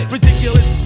Ridiculous